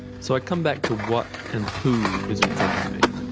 so i come back to what and who is in front of me.